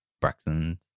Braxton